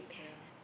yeah